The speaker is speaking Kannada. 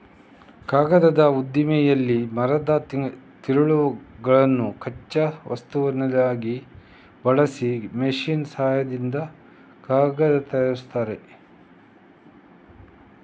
ಕಾಗದದ ಉದ್ದಿಮೆಯಲ್ಲಿ ಮರದ ತಿರುಳನ್ನು ಕಚ್ಚಾ ವಸ್ತುವನ್ನಾಗಿ ಬಳಸಿ ಮೆಷಿನ್ ಸಹಾಯದಿಂದ ಕಾಗದ ತಯಾರಿಸ್ತಾರೆ